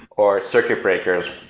or circuit breakers,